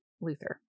Luther